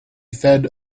fed